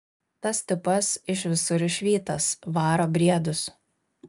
tas tipas iš visur išvytas varo briedus